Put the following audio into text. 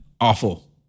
awful